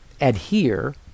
adhere